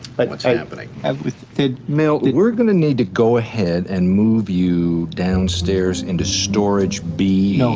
but what's happening with the mail? we're going to need to go ahead and move you downstairs into storage b? no.